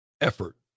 effort